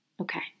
Okay